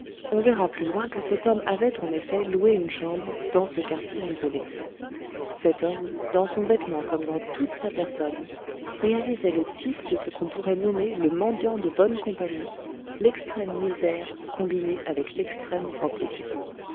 on verra plus loin que cet homme avait en effet loué une chambre dans ce quartier isolé cet homme dans son vêtement comme dans toute sa personne réalisait le type de ce qu'on pourrait nommer le mendiant de bonne compagnie l'extrême misère combinée avec l'extrême propreté